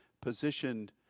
positioned